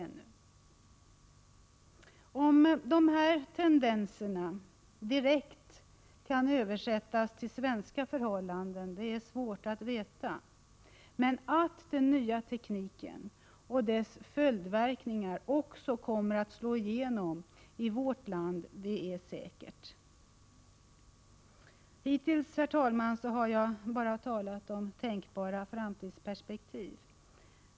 Huruvida de nämnda tendenserna direkt kan översättas till svenska förhållanden är svårt att veta, men att den nya tekniken och dess följdverkningar också kommer att slå igenom i vårt land är säkert. Hittills har jag bara talat om tänkbara framtidsperspektiv.